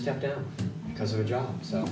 step down because of a job so